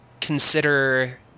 consider